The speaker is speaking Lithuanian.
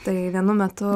tai vienu metu